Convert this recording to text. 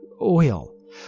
oil